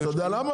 אתה יודע למה?